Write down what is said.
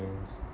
planes